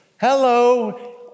Hello